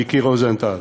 מיקי רוזנטל.